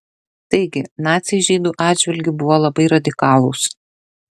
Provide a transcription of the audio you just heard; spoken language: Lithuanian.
taigi naciai žydų atžvilgiu buvo labai radikalūs